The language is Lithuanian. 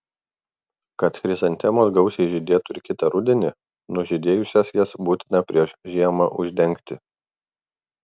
kad chrizantemos gausiai žydėtų ir kitą rudenį nužydėjus jas būtina prieš žiemą uždengti